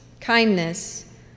kindness